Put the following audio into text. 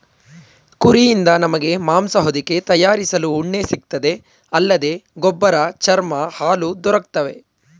ಕುರಿಯಿಂದ ನಮಗೆ ಮಾಂಸ ಹೊದಿಕೆ ತಯಾರಿಸಲು ಉಣ್ಣೆ ಸಿಗ್ತದೆ ಅಲ್ಲದೆ ಗೊಬ್ಬರ ಚರ್ಮ ಹಾಲು ದೊರಕ್ತವೆ